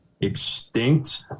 extinct